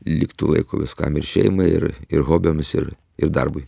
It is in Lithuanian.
liktų laiko viskam ir šeimai ir ir hobiams ir ir darbui